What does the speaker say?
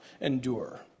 endure